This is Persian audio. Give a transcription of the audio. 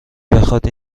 بخواد